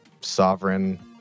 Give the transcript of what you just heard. sovereign